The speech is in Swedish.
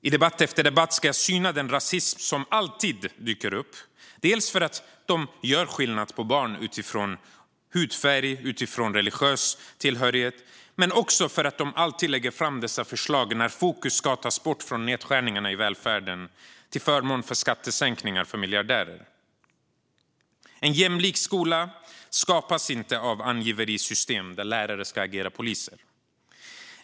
I debatt efter debatt ska jag syna den rasism som alltid dyker upp, delvis för att de gör skillnad på barn utifrån hudfärg och religiös tillhörighet men också för att de alltid lägger fram dessa förslag när fokus ska tas bort från nedskärningarna i välfärden till förmån för skattesänkningar för miljardärer. En jämlik skola skapas inte av angiverisystem där lärare ska agera poliser.